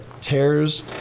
tears